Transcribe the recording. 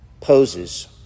poses